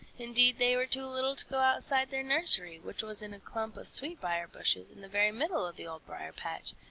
indeed, they were too little to go outside their nursery, which was in a clump of sweet-briar bushes in the very middle of the old briar-patch,